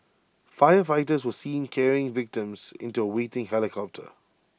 firefighters were seen carrying victims into A waiting helicopter